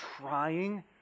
trying